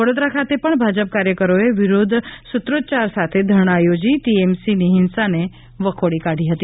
વડોદરા ખાતે પણ ભાજપ કાર્યકરો એ વિરોધ સૂત્રોચ્યાર સાથે ધરણાં યોજી ટીએમસી ની હિંસાને વખોડી કાઢી હતી